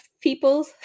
people